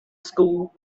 school